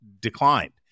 declined